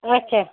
اچھا